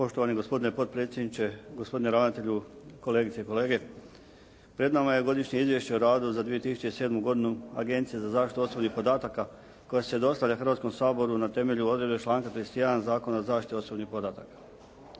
Poštovani gospodine potpredsjedniče, gospodine ravnatelju, kolegice i kolege. Pred nama je godišnje izvješće o radu za 2007. godinu Agencije za zaštitu osobnih podataka koja se dostavlja Hrvatskom saboru na temelju odredbe članka 31. Zakona o zaštiti osobnih podataka.